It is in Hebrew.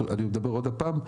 אני מדבר עוד פעם,